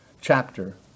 chapter